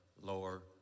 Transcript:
lower